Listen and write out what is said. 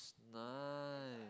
nice